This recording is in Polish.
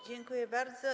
Dziękuję bardzo.